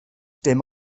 dim